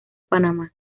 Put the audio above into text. panamá